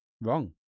Wrong